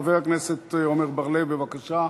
חבר הכנסת עמר בר-לב, בבקשה.